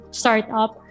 startup